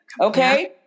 Okay